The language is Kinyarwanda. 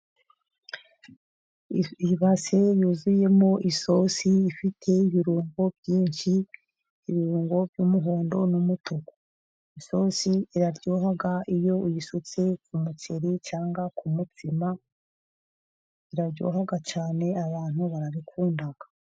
Ibasi yuzuyemo isosi ifite ibirungo byinshi ibirungo by'umuhondo n'umutuku. Isosi iraryoha iyo uyisutse ku muceri cyangwa ku mutsima iraryoha cyane abantu barabikunda.